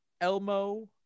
Elmo